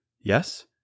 Yes